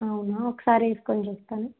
అవునా ఒకసారి వేసుకొని చూస్తాను